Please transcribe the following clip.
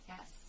Yes